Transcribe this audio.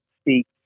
speak